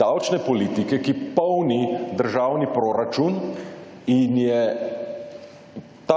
davčne politike, ki polni državni proračun in je tak,